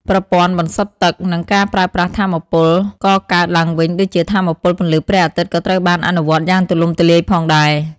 ប្រព័ន្ធបន្សុទ្ធទឹក និងការប្រើប្រាស់ថាមពលកកើតឡើងវិញដូចជាថាមពលពន្លឺព្រះអាទិត្យក៏ត្រូវបានអនុវត្តយ៉ាងទូលំទូលាយផងដែរ។